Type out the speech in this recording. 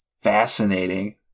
fascinating